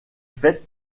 faite